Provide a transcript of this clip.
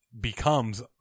becomes